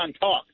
talk